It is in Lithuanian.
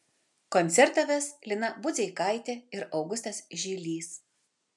koncertą ves lina budzeikaitė ir augustas žilys